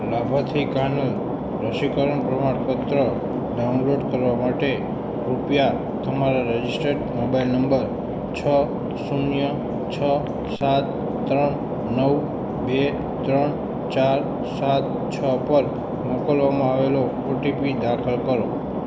લાભાર્થી કાનલ રસીકરણ પ્રમાણપત્ર ડાઉનલોડ કરવા માટે કૃપયા તમારા રજિસ્ટર્ડ મોબાઈલ નંબર છ શૂન્ય છ સાત ત્રણ નવ બે ત્રણ ચાર સાત છ પર મોકલવામાં આવેલો ઓ ટી પી દાખલ કરો